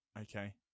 okay